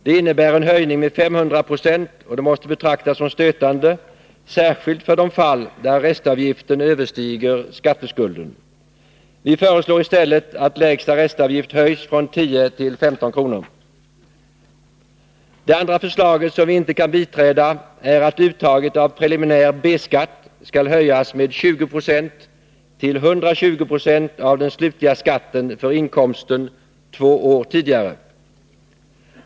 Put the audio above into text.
Det innebär en höjning med 500 26. Det måste betraktas som stötande, särskilt i de fall där restavgiften överstiger skatteskulden. Vi föreslår i stället att den lägsta restavgiften höjs från 10 kr. till 15 kr. Det andra förslag som vi inte kan biträda är att uttaget av preliminär B-skatt skall höjas med 20 9 till 120 96 av den slutliga skatten för inkomsten två år tidigare.